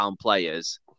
players